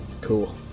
Cool